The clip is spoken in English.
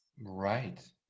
Right